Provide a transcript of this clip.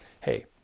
hey